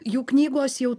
jų knygos jau